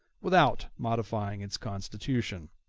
without modifying its constitution.